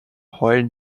heulen